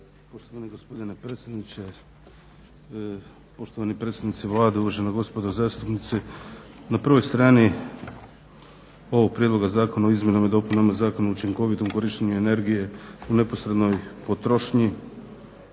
poštovani predstavnici Vlade, uvažena gospodo zastupnici. Na prvoj strani ovog Prijedloga zakona o izmjenama i dopunama Zakona o učinkovitom korištenju energije u neposrednoj potrošnji